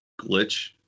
glitch